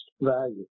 value